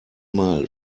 mal